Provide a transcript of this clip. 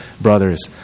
brothers